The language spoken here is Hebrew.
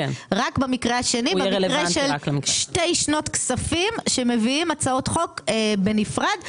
במקרה של שתי שנות כספים כשמביאים הצעות חוק בנפרד.